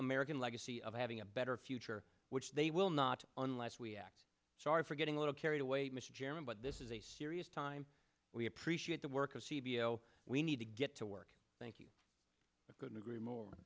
american legacy of having a better future which they will not unless we act sorry for getting a little carried away mr chairman but this is a serious time we appreciate the work of c b l we need to get to work thank you but i couldn't agree more